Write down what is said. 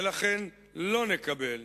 ולכן לא נקבל,